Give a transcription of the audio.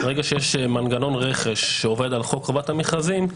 ברגע שיש מנגנון רכש שעובד על חוק חובת המכרזים,